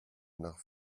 nach